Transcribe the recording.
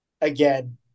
again